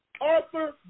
Arthur